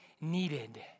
needed